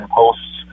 posts